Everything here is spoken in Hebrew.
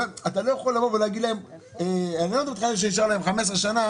אתה לא יכול לבוא ולהגיד להן שנשארו להן 15 שנים.